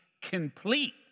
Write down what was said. complete